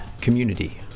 community